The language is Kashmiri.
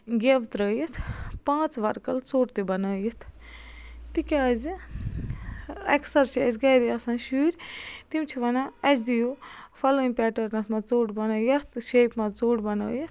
گیٚو ترٛٲیِتھ پانٛژھ وَرکَل ژۄٹ تہِ بَنٲیِتھ تِکیٛازِ اکثَر چھِ أسۍ گَرے آسان شُرۍ تِم چھِ وَنان اَسہِ دِیِو فَلٲنۍ پیٹٲرنَس منٛز ژۄٹ بِنٲیِتھ یَتھ تہِ شیپہِ منٛز ژۄٹ بَنٲیِتھ